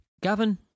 Gavin